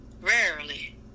rarely